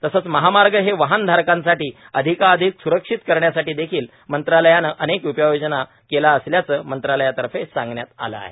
तसंच महामार्ग हे वाहनधारकांसाठी अधिकाधिक सुरक्षित करण्यासाठी देखील मंत्रालयानं अनेक उपाययोजना केल्या असल्याचं मंत्रालयातर्फे सांगण्यात आलं आहे